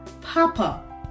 papa